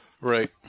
Right